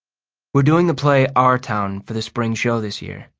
we're doing the play our town for the spring show this year.